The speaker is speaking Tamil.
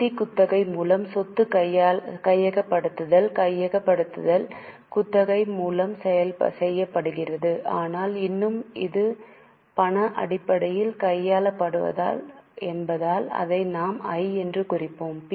நிதி குத்தகை மூலம் சொத்து கையகப்படுத்தல் கையகப்படுத்தல் குத்தகை மூலம் செய்யப்படுகிறது ஆனால் இன்னும் அது பண அடிப்படையில் கையகப்படுத்தல் என்பதால் அதை நாம் I என்று குறிப்போம்